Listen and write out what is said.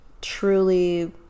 truly